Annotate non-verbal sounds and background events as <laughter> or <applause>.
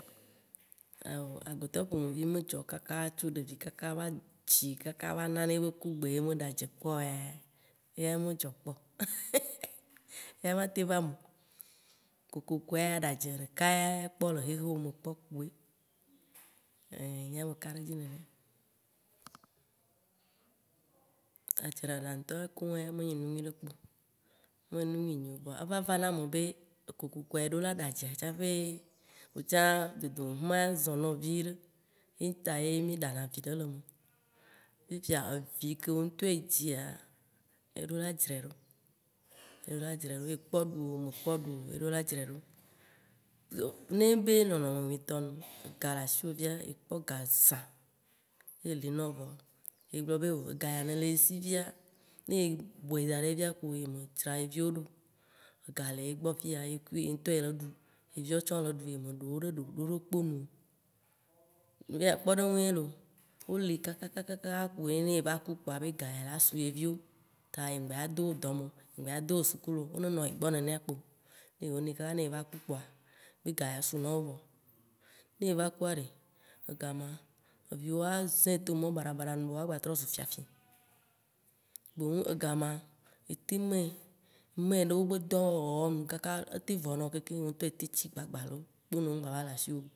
Awo agbetɔ ƒomevi me dzɔ tso ɖevi kaka, tsi kaka va na ye be ku gbe, ye me ɖa dze kpɔ o ya, eya ma teŋ va eme o <laughs> eya matem va eme o, kokoko ya aɖa adze ɖeka ya kpɔ le xixewò me kpɔ kpoe, nye ya mekaɖedzi nenea, adzeɖaɖa ŋtɔ koŋ ya menye enu nyui ɖekpe o. Me nu nyui enyio vɔa eva vana me be, kokokoa eɖo la ɖa dzea tsaƒe wò hã dodome huma ya zɔ̃ nɔ viɖe. Ye ta ye mì ɖana viɖe le eme. Fifia, evi ke wò ŋtɔ edzia, eɖo la dzre ɖo. Eɖo la dzre ɖo, ekpɔ ɖu o, me kpɔ ɖu o eɖo la dzre ɖo. Ne nyi be nɔnɔme nyuitɔ nu ega le asiwò via, ekpɔ ga zã, ye li nɔ vɔ ye gblɔ̃ be, ega ya ne le ye si via, ne ye bɔe daɖe via kpo ye medzra ye viwo ɖo, ega le ye gbɔ fiya, ye ŋtɔ ye le eɖum, ye viɔwo tsã wo le ɖum, ye me ɖowo ɖe ɖoɖo ɖokpo nu o, kpɔɖeŋu ye looo, woli kakaka kpoe ne ye va ku kpoa, be ga ya la su ye viwo, ta ye ŋgba ya dewo dɔ me o. Ye ŋgba ya dowo sukulu o, wo ne nɔ yegbɔ nenea kpo, ne yewo li kaka ne va ku kpoa, be ga ya su nɔwo vɔ. Ne eva kua ɖe, ega ma, eviwowo woa zĩ to mɔ baɖa baɖa nu woagba trɔ zu fiafi. Boŋ ega ma, etŋ mɛ, mɛ ɖe wobe dɔwɔwɔwo nu kaka ateŋ vɔ nɔ keŋkeŋ, wò ŋtɔ eteŋ tsi gbagbalo, kponɔ mgba va le asiwò.